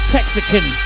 Texican